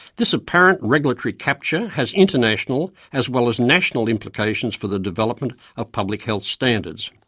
this apparent regulatory capture has international as well as national implications for the development of public health standards.